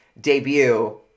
debut